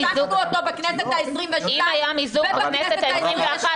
-- והמשכנו אותו בכנסת העשרים-ושתיים ובכנסת העשרים-ושלוש.